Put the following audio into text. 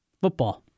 Football